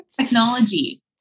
Technology